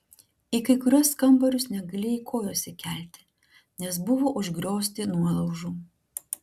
į kai kuriuos kambarius negalėjai kojos įkelti nes buvo užgriozti nuolaužų